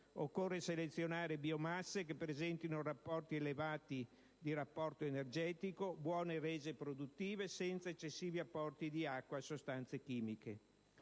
occorre selezionare biomasse che presentino rapporti elevati del rapporto energetico, buone rese produttive senza eccessivi apporti di acqua e sostanze chimiche;